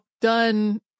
done